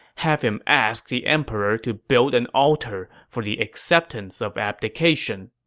have him ask the emperor to build an altar for the acceptance of abdication.